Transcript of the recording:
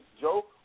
Joe